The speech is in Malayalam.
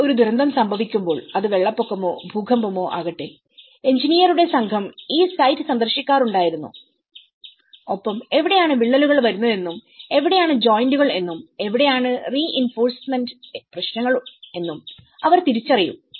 നേരത്തെ ഒരു ദുരന്തം സംഭവിക്കുമ്പോൾഅത് വെള്ളപ്പൊക്കമോ ഭൂകമ്പമോ ആകട്ടെ എഞ്ചിനീയറുടെസംഘം ഈ സൈറ്റ്സന്ദർശിക്കാറുണ്ടായിരുന്നു ഒപ്പം എവിടെയാണ് വിള്ളലുകൾ വരുന്നതെന്നും എവിടെയാണ് ജോയിന്റുകൾ എന്നും എവിടെയാണ് റീഇൻഫോഴ്സ്മെന്റ് പ്രശ്നങ്ങൾ എന്നും അവർ തിരിച്ചറിയും